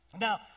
Now